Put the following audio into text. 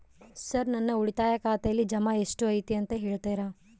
Sir ನನ್ನ ಉಳಿತಾಯ ಖಾತೆಯಲ್ಲಿ ಜಮಾ ಎಷ್ಟು ಐತಿ ಅಂತ ಹೇಳ್ತೇರಾ?